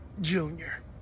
Junior